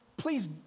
please